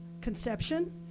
conception